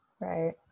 Right